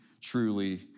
truly